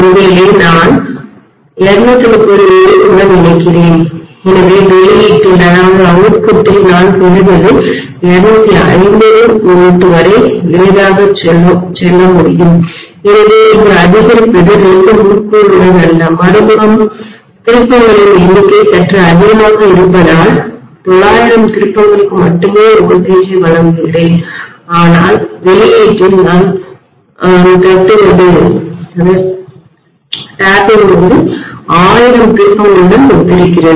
ஒருவேளை நான் 230 V உடன் இணைக்கிறேன் எனவே வெளியீட்டில் நான் பெறுவது 250 V வரை எளிதாக செல்ல முடியும் எனவே இது அதிகரிப்பது 2 முறுக்குகளுடன் அல்ல மறுபுறம் திருப்பங்களின் எண்ணிக்கை சற்று அதிகமாக இருப்பதால் 900 திருப்பங்களுக்கு மட்டுமே வோல்டேஜை வழங்குகிறேன் ஆனால் வெளியீட்டில் நான் தட்டுவது 1000 திருப்பங்களுடன் ஒத்திருக்கிறது